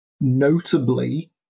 notably